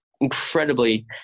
incredibly